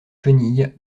chenilles